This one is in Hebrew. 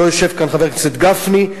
לא יושב כאן חבר הכנסת גפני,